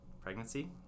pregnancy